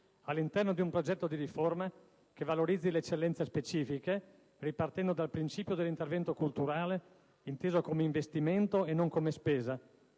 all'interno di un progetto di riforma che valorizzi le eccellenze specifiche, ripartendo dal principio dell'intervento culturale inteso come investimento e non come spesa,